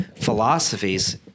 philosophies